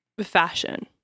fashion